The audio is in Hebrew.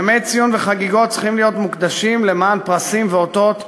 ימי ציון וחגיגות צריכים להיות מוקדשים למתן פרסים ואותות הוקרה,